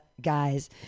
guys